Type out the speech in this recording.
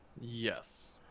Yes